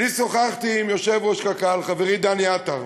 אני שוחחתי עם יושב-ראש קק"ל, חברי דני עטר,